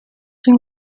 think